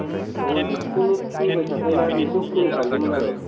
रन्जितखौनो फोबाय थाखायोना बेखौनो फोनो सानदोंमोन आङो